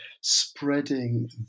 spreading